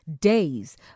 days